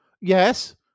Yes